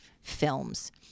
films